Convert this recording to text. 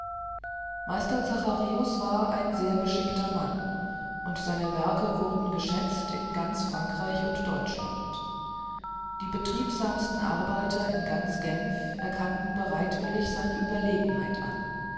meister zacharius war ein sehr geschickter mann und seine werke wurden geschätzt in ganz frankreich und deutschland die betriebsamsten arbeiter in ganz genf erkannten bereitwillig seine ueberlegenheit an